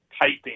typing